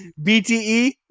BTE